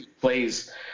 plays